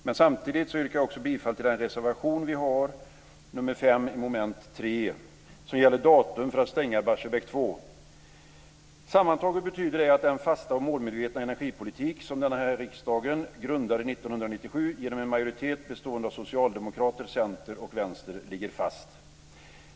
Men samtidigt yrkar jag också bifall till vår reservation, nr Sammantaget betyder det här att den fasta och målmedvetna energipolitik som den här riksdagen grundade 1997 genom en majoritet bestående av Socialdemokraterna, Centern och Vänstern ligger fast.